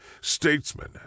statesman